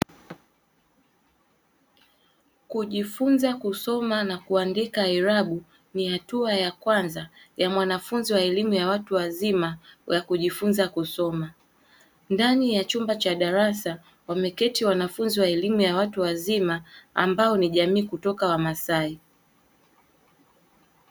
Kujifunza kusoma na kuandika irabu, ni hatua ya kwanza ya mwanafunzi wa elimu ya watu wazima ya kujifunza kusoma. Ndani ya chumba cha darasa, wameketi wanafunzi wa elimu ya watu wazima, ambao ni jamii kutoka wamasai.